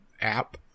app